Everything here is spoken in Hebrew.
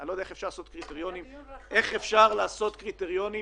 אני לא יודע גם איך אפשר לעשות קריטריונים